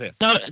no